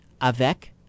avec